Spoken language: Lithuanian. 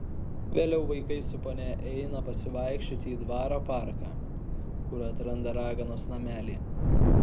vėliau vaikai su ponia eina pasivaikščioti į dvaro parką kur atranda raganos namelį